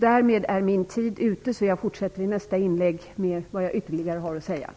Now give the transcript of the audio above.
Därmed är min taletid ute. Jag fortsätter i mitt nästa inlägg med det som jag vill säga ytterligare.